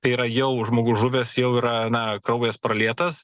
tai yra jau žmogus žuvęs jau yra na kraujas pralietas